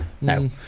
No